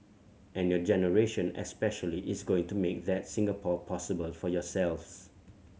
and your generation especially is going to make that Singapore possible for yourselves